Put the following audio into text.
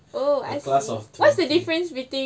a class of twenty